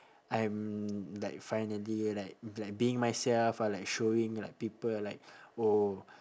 I'm like finally like like being myself or like showing like people like oh